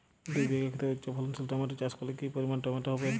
দুই বিঘা খেতে উচ্চফলনশীল টমেটো চাষ করলে কি পরিমাণ টমেটো হবে?